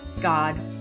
God